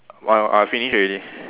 why I finish already